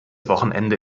wochenende